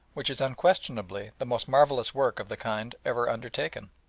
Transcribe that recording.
which is unquestionably the most marvellous work of the kind ever undertaken.